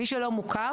מי שלא מוכר,